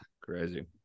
Crazy